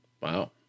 Wow